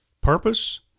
Purpose